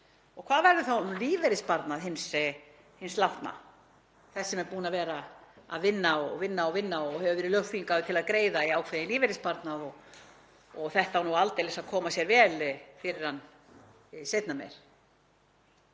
Hvað verður þá um lífeyrissparnað hins látna, þess sem er búinn að vera að vinna og vinna og hefur verið lögþvingaður til að greiða í ákveðinn lífeyrissparnað og þetta á nú aldeilis að koma sér vel fyrir hann seinna meir?